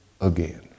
again